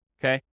okay